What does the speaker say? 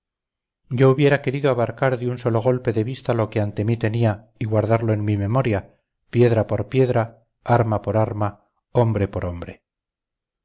yo hubiera querido abarcar de un solo golpe de vista lo que ante mí tenía y guardarlo en mi memoria piedra por piedra arma por arma hombre por hombre